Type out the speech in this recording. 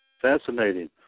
Fascinating